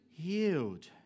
healed